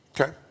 Okay